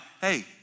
hey